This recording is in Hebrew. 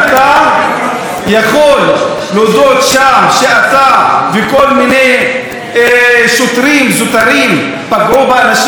אתה יכול להודות שם שאתה וכל מיני שוטרים זוטרים פגעו באנשים,